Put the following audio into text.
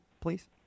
Please